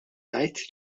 ngħid